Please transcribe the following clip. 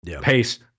pace